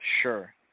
sure